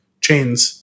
chains